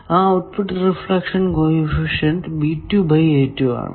ആ output reflection coefficient ആണ്